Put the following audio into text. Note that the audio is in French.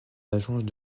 agences